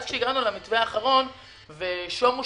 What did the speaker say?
כשהגענו למתווה האחרון ראיתי